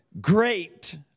Great